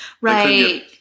Right